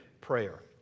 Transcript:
prayer